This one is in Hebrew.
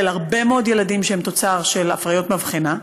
הרבה מאוד ילדים שהם תוצר של הפריות מבחנה,